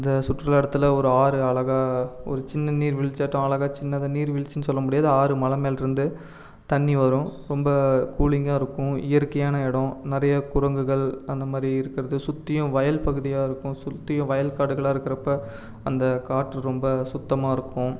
அந்த சுற்றுலா இடத்துல ஒரு ஆறு அழகா ஒரு சின்ன நீர்வீழ்ச்சியாட்டம் அழகா சின்னதாக நீர்வீழ்ச்சின்னு சொல்ல முடியாது ஆறு மலை மேலிருந்து தண்ணி வரும் ரொம்ப கூலிங்காக இருக்கும் இயற்கையான இடம் நிறைய குரங்குகள் அந்தமாதிரி இருக்கிறது சுற்றியும் வயல் பகுதியாக இருக்கும் சுற்றியும் வயல் காடுகளாக இருக்கிறப்ப அந்த காற்று ரொம்ப சுத்தமாக இருக்கும்